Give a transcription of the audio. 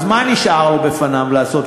אז מה נשאר עוד בפניו לעשות,